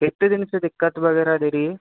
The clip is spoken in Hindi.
कितने दिनों से दिक्कत वगैरह दे रही है